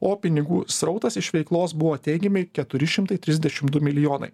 o pinigų srautas iš veiklos buvo teigiami keturi šimtai trisdešim du milijonai